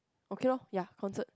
okay lor ya concert